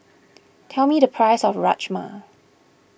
tell me the price of Rajma